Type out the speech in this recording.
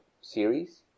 series